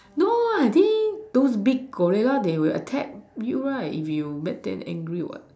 no lah I think those big gorilla they will attack you right if you make them angry what